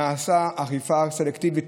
נעשית אכיפה סלקטיבית,